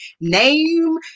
name